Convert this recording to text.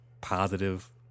positive